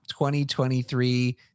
2023